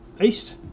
east